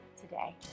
today